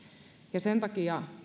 sen takia